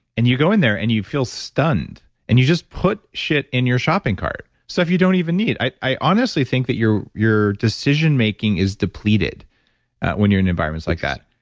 and you go in there and you feel stunned and you just put shit in your shopping cart, stuff you don't even need. i honestly think that your your decision-making is depleted when you're in environments like that.